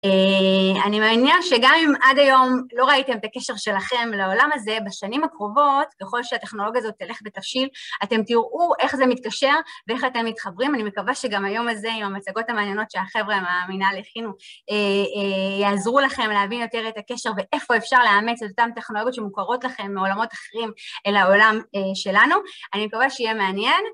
אני מאמינה שגם אם עד היום לא ראיתם את הקשר שלכם לעולם הזה, בשנים הקרובות, ככל שהטכנולוגיה הזאת תלך ותבשיל, אתם תראו איך זה מתקשר ואיך אתם מתחברים. אני מקווה שגם היום הזה עם המצגות המעניינות שהחבר'ה מהמנהל הכינו, יעזרו לכם להבין יותר את הקשר ואיפה אפשר לאמץ את אותן טכנולוגיות שמוכרות לכם מעולמות אחרים אל העולם שלנו. אני מקווה שיהיה מעניין.